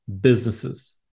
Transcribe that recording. businesses